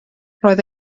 roedd